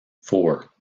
four